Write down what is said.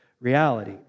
reality